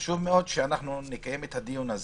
וחשוב מאוד שאנחנו נקיים את הדיון הזה,